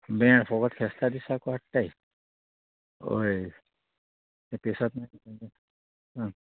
मेळ फोगत फेस्ता दिसाकू हाडटाय ओय तें सत आं